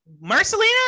Marcelina